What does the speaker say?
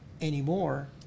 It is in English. anymore